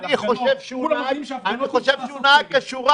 אני חושב שהוא נהג כשורה.